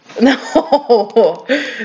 No